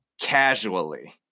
casually